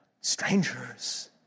strangers